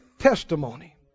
testimony